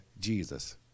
Jesus